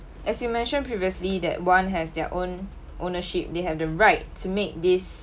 as you mentioned previously that one has their own ownership they have the right to make this